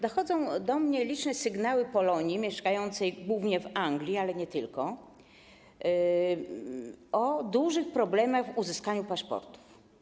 Dochodzą do mnie liczne sygnały Polonii, mieszkającej głównie w Anglii, ale nie tylko, o dużych problemach w uzyskaniu paszportów.